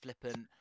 flippant